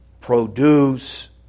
produce